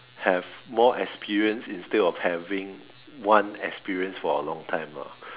have more experience instead of having one experience for a long time ah